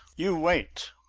you wait!